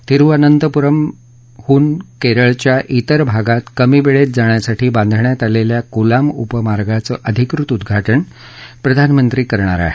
थिरुवनंतपुरमहून केरळच्या तर भागात कमी वेळेत जाण्यासाठी बांधण्यात आलेल्या कोलाम उपमार्गाचं अधिकृत उद्घाटन प्रधानमंत्री करतील